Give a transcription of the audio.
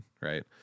right